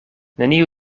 neniu